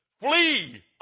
Flee